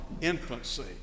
infancy